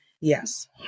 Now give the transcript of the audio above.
Yes